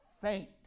faint